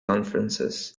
conferences